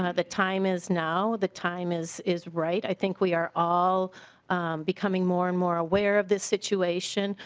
ah the time is now. the time is is right. i think we are all becoming more and more aware of the situation.